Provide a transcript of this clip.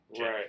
Right